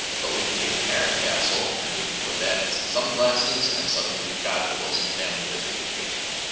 but we can take a generic castle and we can put that in some sunglasses, and suddenly we've got the wilson family disney vacation.